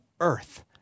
earth